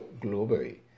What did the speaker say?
globally